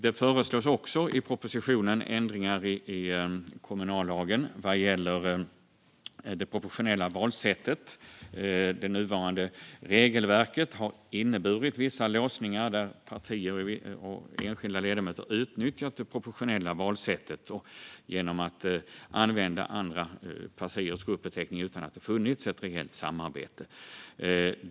Det föreslås också i propositionen ändringar i kommunallagen när det gäller det proportionella valsättet. Det nuvarande regelverket har inneburit vissa låsningar, där partier och enskilda ledamöter har utnyttjat det proportionella valsättet genom att använda andra partiers gruppbeteckning utan att det funnits ett reellt samarbete.